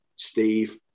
Steve